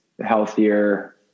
healthier